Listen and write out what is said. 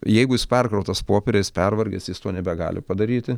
jeigu jis perkrautas popieriais pervargęs jis to nebegali padaryti